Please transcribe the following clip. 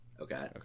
Okay